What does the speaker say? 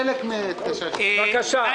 חברי הכנסת שיהיו בתוך הצוות הזה,